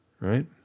right